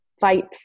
fight